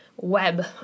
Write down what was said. web